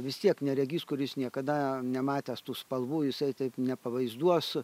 vis tiek neregys kuris niekada nematęs tų spalvų jisai taip nepavaizduos